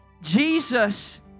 Jesus